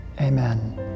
Amen